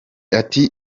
ati